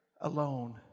alone